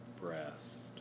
breast